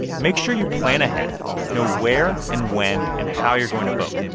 make sure you plan ahead know where and when and how you're going to vote.